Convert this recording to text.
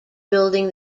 building